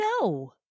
no